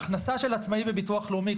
ההכנסה של עצמאי בביטוח לאומי,